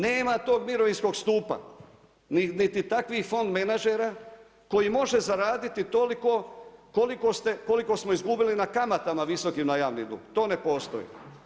Nema tog mirovinskog stupa niti takvih fond menadžera koji može zaraditi toliko koliko smo izgubili na kamatama visokim na javni dug, to ne postoji.